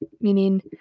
meaning